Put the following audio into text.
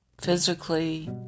physically